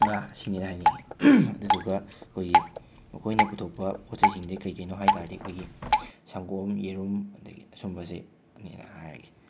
ꯉꯥ ꯁꯤꯅꯤ ꯍꯥꯏꯅꯤꯡꯏ ꯑꯗꯨꯗꯨꯒ ꯑꯩꯈꯣꯏꯒꯤ ꯑꯩꯈꯣꯏꯅ ꯄꯨꯊꯣꯛꯄ ꯄꯣꯠꯆꯩꯁꯤꯡꯗꯤ ꯀꯩ ꯀꯩꯅꯣ ꯍꯥꯏ ꯇꯥꯔꯗꯤ ꯑꯩꯈꯣꯏꯒꯤ ꯁꯪꯒꯣꯝ ꯌꯦꯔꯨꯝ ꯑꯗꯒꯤ ꯁꯨꯝꯕꯁꯤꯅꯦꯅ ꯍꯥꯏꯔꯒꯦ